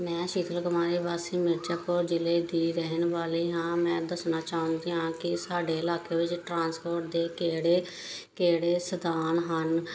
ਮੈ ਸ਼ੀਤਲ ਕੁਮਾਰੀ ਵਾਸੀ ਮਿਰਜ਼ਾਪੁਰ ਜ਼ਿਲ੍ਹੇ ਦੀ ਰਹਿਣ ਵਾਲੀ ਹਾਂ ਮੈਂ ਦੱਸਣਾ ਚਾਹੁੰਦੀ ਹਾਂ ਕਿ ਸਾਡੇ ਇਲਾਕੇ ਵਿੱਚ ਟਰਾਂਸਪੋਰਟ ਦੇ ਕਿਹੜੇ ਕਿਹੜੇ ਸਾਧਨ ਹਨ